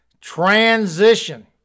transition